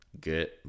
good